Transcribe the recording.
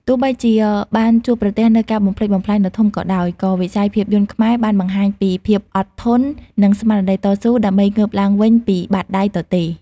ទោះបីជាបានជួបប្រទះនូវការបំផ្លិចបំផ្លាញដ៏ធំក៏ដោយ ក៏វិស័យភាពយន្តខ្មែរបានបង្ហាញពី ភាពអត់ធន និងស្មារតីតស៊ូ ដើម្បីងើបឡើងវិញពីបាតដៃទទេ។